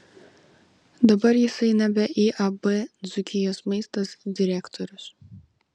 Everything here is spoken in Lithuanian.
dabar jisai nebe iab dzūkijos maistas direktorius